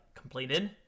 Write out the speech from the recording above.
completed